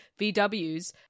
VWs